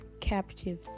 captive